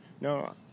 No